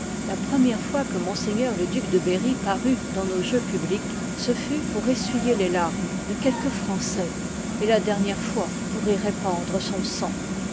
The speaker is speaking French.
la première fois que ms le duc de berry parut dans nos jeux publics ce fut pour essuyer les larmes de quelques français et la derliv nière fois pour y répandre son sang